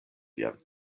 vian